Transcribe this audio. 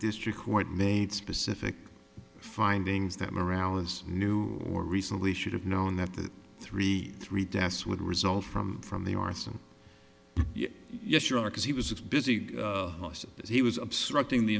district court made specific findings that morale is new or recent he should have known that the three three deaths would result from from the arson yes you are because he was busy as he was obstructing the